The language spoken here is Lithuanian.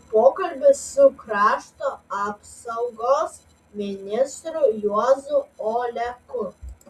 pokalbis su krašto apsaugos ministru juozu oleku